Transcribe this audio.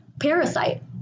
Parasite